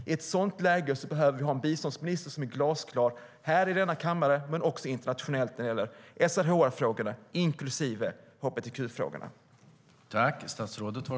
I ett sådant läge behöver vi ha en biståndsminister som är glasklar här i denna kammare men också internationellt när det gäller SRHR-frågorna, inklusive hbtq-frågorna.